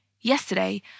Yesterday